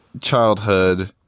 childhood